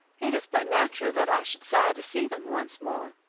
it is but natural that i should sigh to see them once more.